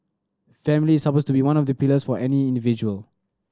family is supposed to be one of the pillars for any individual